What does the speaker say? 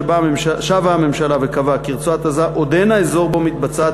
שבה הממשלה וקבעה כי רצועת-עזה עודנה אזור שבו מתבצעת